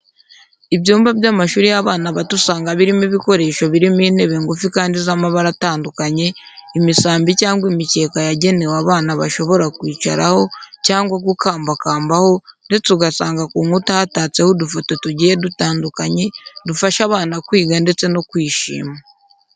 Ibyumba by'amashuri y'abana bato usanga birimo ibikoresho birimo intebe ngufi kandi z'amabara atandukanye, imisambi cyangwa imikeka yagenewe abana bashobora kwicaraho cyangwa gukambakambaho ndetse usanga ku nkuta hatatseho udufoto tugiye dutandukanye dufasha abana kwiga ndetse no kwishima.